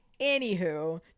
Anywho